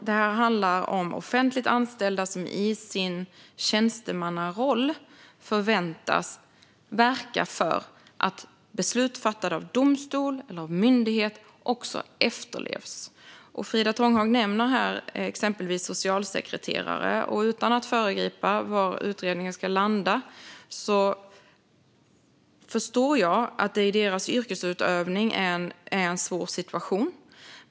Det handlar om offentligt anställda som i sin tjänstemannaroll förväntas verka för att beslut fattade av domstol eller myndighet också efterlevs. Frida Tånghag nämner till exempel socialsekreterare, och utan att föregripa utredningen förstår jag att det i deras yrkesutövning är en svår situation.